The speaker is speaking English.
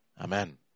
amen